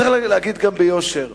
צריך גם להגיד ביושר: